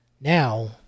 Now